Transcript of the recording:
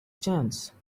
chance